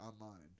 online